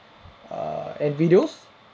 err and videos